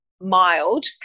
mild